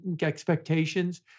expectations